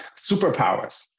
superpowers